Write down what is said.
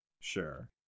Sure